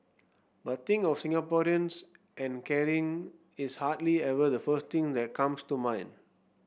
but think of Singaporeans and caring is hardly ever the first thing that comes to mind